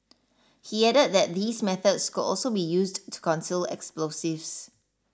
he added that these methods could also be used to conceal explosives